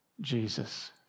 Jesus